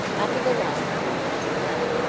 after the loss of three thousand men,